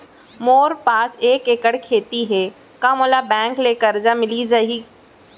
मोर पास एक एक्कड़ खेती हे का मोला बैंक ले करजा मिलिस जाही?